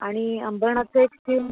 आणि अंबरनाथचं एक शिम